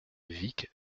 vic